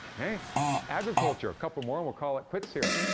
agriculture a couple more and we'll call it quits here.